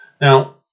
Now